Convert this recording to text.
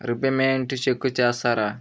Repayments check చేస్తారా?